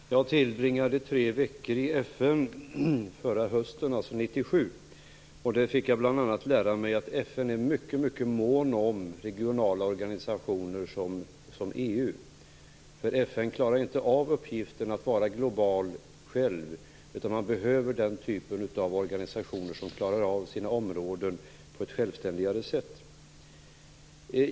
Fru talman! Jag tillbringade tre veckor i FN under förra hösten, dvs. 1997. Då fick jag bl.a. lära mig att FN är mycket mån om regionala organisationer som EU. FN klarar nämligen inte av uppgiften att vara global själv, utan behöver den här typen av organisationer som klarar av sina områden på ett självständigare sätt.